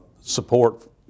support